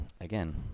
again